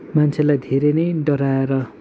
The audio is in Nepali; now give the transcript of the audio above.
मान्छेलाई धेरै नै डराएर